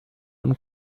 und